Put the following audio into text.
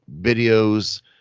videos